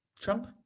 Trump